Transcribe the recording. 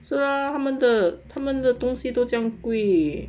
是啊他们的他们的东西都这样贵